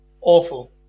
awful